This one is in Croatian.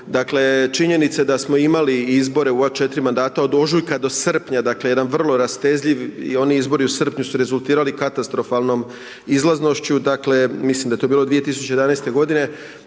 Dakle, činjenice da smo imali izbore u ova 4 mandata od ožujka do srpnja, dakle, jedan vrlo rastezljiv i oni izbori u srpnju su rezultirali katastrofalnom izlizanošću, dakle, mislim da je to bilo 2011. g.